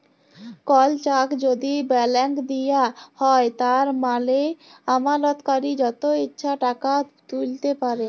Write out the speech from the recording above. call cheque যদি balance দিঁয়া হ্যয় তার মালে আমালতকারি যত ইছা টাকা তুইলতে পারে